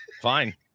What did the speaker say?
Fine